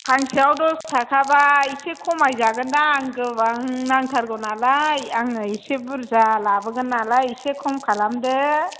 फांसेयाव दसथाखाबा इसे खमाय जागोन दां आं गोबां नांथारगौ नालाय आंनो इसे बुरजा लाबोगोन नालाय इसे खम खालामदो